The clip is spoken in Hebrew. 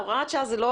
הוראות שעה הן לא